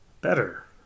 better